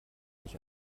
sich